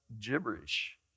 gibberish